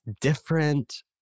different